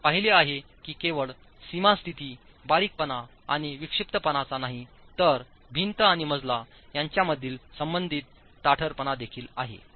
आम्ही पाहिले आहे की केवळ सीमा स्थिती बारीकपणा आणि विक्षिप्तपणाच नाहीतर भिंत आणि मजला यांच्यामधीलसंबंधितताठरपणादेखील आहे